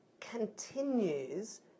continues